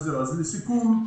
לסיכום,